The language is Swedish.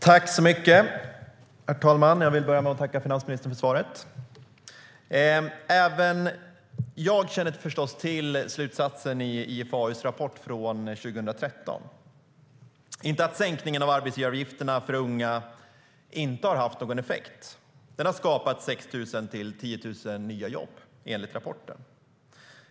Herr talman! Jag vill börja med att tacka finansministern för svaret. Även jag känner förstås till slutsatsen i IFAU:s rapport från 2013. Men den säger inte att sänkningen av arbetsgivaravgifterna för unga inte har haft någon effekt. Den har, enligt rapporten, skapat 6 000-10 000 nya jobb.